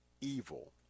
evil